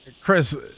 Chris